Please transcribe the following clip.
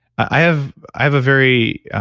i have i have a very